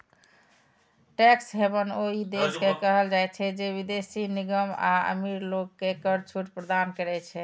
tax haven ओइ देश के कहल जाइ छै, जे विदेशी निगम आ अमीर लोग कें कर छूट प्रदान करै छै